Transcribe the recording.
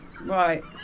right